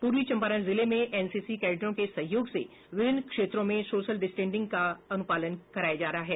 पूर्वी चंपारण जिले में एनसीसी कैडेटों के सहयोग से विभिन्न क्षेत्रों में सोशल डिस्टेसिंग का अनुपालन कराया जा रहा है